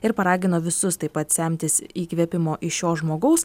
ir paragino visus taip pat semtis įkvėpimo iš šio žmogaus